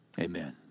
Amen